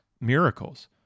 miracles